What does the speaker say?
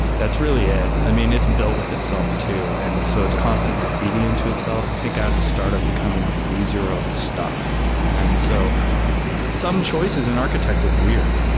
that's really it. i mean, it's built with itself too. and so it's constantly feeding into itself. i think as a startup, you kind of want to use your own stuff and so some choices in architect look weird.